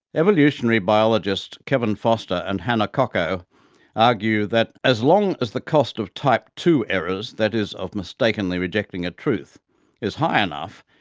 evolutionary biologists kevin foster and hanna kokko argue that as long as the cost of type ii errors that is, of mistakenly rejecting a truth is high enough,